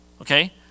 okay